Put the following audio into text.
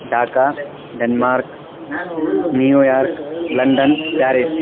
Dhaka Denmark New York London Paris